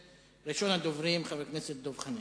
ראשון הדוברים הוא חבר הכנסת דב חנין.